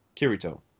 Kirito